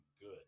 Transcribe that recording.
good